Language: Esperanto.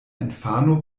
infano